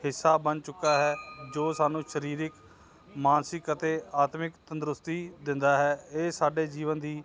ਹਿੱਸਾ ਬਣ ਚੁੱਕਾ ਹੈ ਜੋ ਸਾਨੂੰ ਸਰੀਰਕ ਮਾਨਸਿਕ ਅਤੇ ਆਤਮਿਕ ਤੰਦਰੁਸਤੀ ਦਿੰਦਾ ਹੈ ਇਹ ਸਾਡੇ ਜੀਵਨ ਦੀ